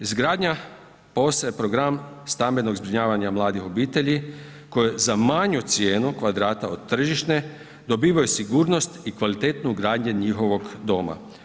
Izgradnja POS-a je program stambenog zbrinjavanja mladih obitelji koji za manju cijenu kvadrata od tržišne dobivaju sigurnost i kvalitetnu gradnju njihovog doma.